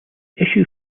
issue